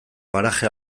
paraje